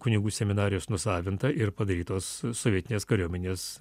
kunigų seminarijos nusavinta ir padarytos sovietinės kariuomenės